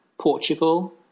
Portugal